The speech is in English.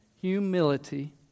humility